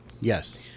Yes